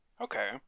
Okay